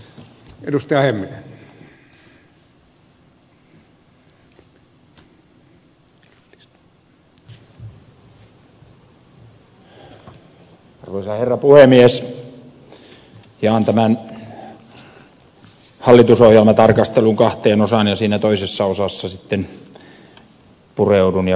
jaan tämän hallitusohjelmatarkastelun kahteen osaan ja siinä toisessa osassa sitten pureudun ja paneudun huoltovarmuuteen